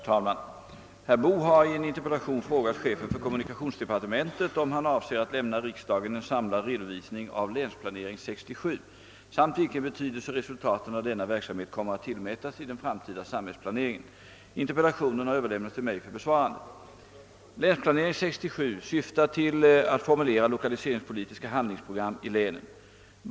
Herr talman! Herr Boo har i en interpellation frågat chefen för kommunikationsdepartementet om han avser att lämna riksdagen en samlad redovisning av »länsplanering 67» samt vilken betydelse resultaten av denna verksamhet kommer att tillmätas i den framtida samhällsplaneringen. Interpellationen har överlämnats till mig för besvarande. »Länsplanering 67» syftar till att formulera lokaliseringspolitiska handlingsprogram i länen.